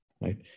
right